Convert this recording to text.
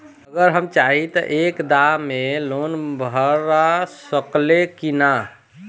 अगर हम चाहि त एक दा मे लोन भरा सकले की ना?